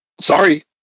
sorry